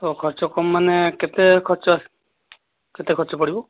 ତ ଖର୍ଚ୍ଚ କମ ମାନେ କେତେ ଖର୍ଚ୍ଚ କେତେ ଖର୍ଚ୍ଚ ପଡ଼ିବ